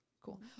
cool